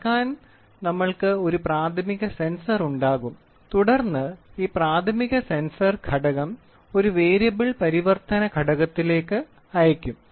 അളക്കാൻ നമ്മൾക്ക് ഒരു പ്രാഥമിക സെൻസർ ഉണ്ടാകും തുടർന്ന് ഈ പ്രാഥമിക സെൻസർ ഘടകം ഒരു വേരിയബിൾ പരിവർത്തന ഘടകത്തിലേക്ക് അയയ്ക്കും